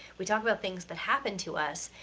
we talk about things that happen to us,